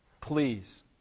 Please